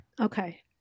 Okay